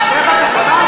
זהבה גלאון